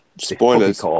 Spoilers